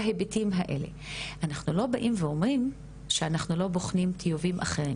אנחנו לא באים ואומרים שאנחנו לא בוחנים טיובים אחרים.